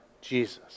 Jesus